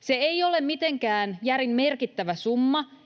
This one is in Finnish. Se ei ole mitenkään järin merkittävä summa,